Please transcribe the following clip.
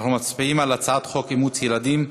אנחנו מצביעים על הצעת חוק אימוץ ילדים,